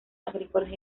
agrícolas